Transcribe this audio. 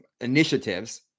initiatives